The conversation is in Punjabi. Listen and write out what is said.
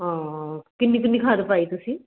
ਹਾਂ ਕਿੰਨੀ ਕਿੰਨੀ ਖਾਦ ਪਾਈ ਤੁਸੀਂ